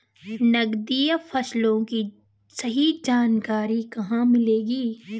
नकदी फसलों की सही जानकारी कहाँ मिलेगी?